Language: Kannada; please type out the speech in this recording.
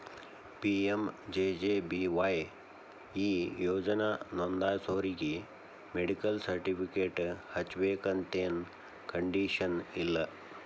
ಪಿ.ಎಂ.ಜೆ.ಜೆ.ಬಿ.ವಾಯ್ ಈ ಯೋಜನಾ ನೋಂದಾಸೋರಿಗಿ ಮೆಡಿಕಲ್ ಸರ್ಟಿಫಿಕೇಟ್ ಹಚ್ಚಬೇಕಂತೆನ್ ಕಂಡೇಶನ್ ಇಲ್ಲ